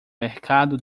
mercado